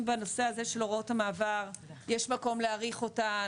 בנושא הזה של הוראות המעבר יש מקום להאריך אותן,